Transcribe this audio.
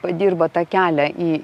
padirba tą kelią į